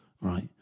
right